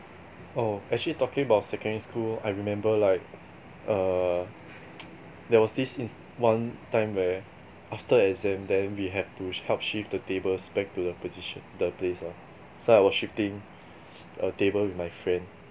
oh actually talking about secondary school I remember like err there was this in~ one time where after exam then we had to help shift the tables back to the position the place lah so I was shifting a table with my friend